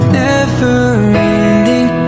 never-ending